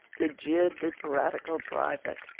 they jeered the piratical private,